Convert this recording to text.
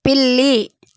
పిల్లి